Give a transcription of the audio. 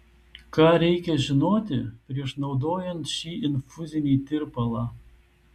ką reikia žinoti prieš naudojant šį infuzinį tirpalą